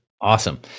Awesome